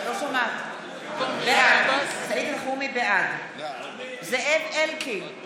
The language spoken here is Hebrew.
בעד זאב אלקין,